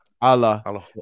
Allah